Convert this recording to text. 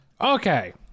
Okay